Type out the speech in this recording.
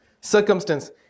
circumstance